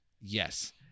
Yes